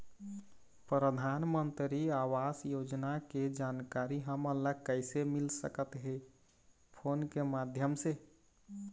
परधानमंतरी आवास योजना के जानकारी हमन ला कइसे मिल सकत हे, फोन के माध्यम से?